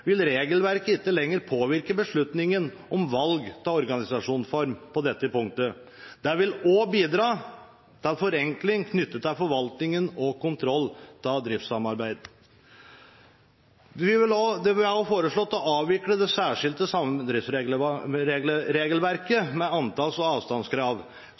vil regelverket ikke lenger påvirke beslutningen om valg av organisasjonsform på dette punktet. Det vil også bidra til forenkling knyttet til forvaltningen og kontrollen av driftssamarbeid. Det blir også foreslått å avvikle det særskilte samdriftsregelverket, med antalls- og avstandskrav.